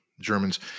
Germans